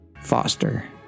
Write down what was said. Foster